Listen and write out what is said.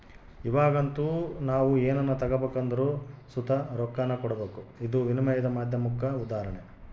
ಇವಾಗಂತೂ ನಾವು ಏನನ ತಗಬೇಕೆಂದರು ಸುತ ರೊಕ್ಕಾನ ಕೊಡಬಕು, ಇದು ವಿನಿಮಯದ ಮಾಧ್ಯಮುಕ್ಕ ಉದಾಹರಣೆ